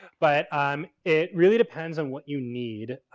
but um it really depends on what you need.